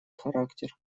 характер